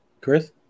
Chris